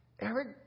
Eric